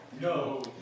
No